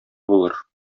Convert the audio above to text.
булыр